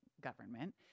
government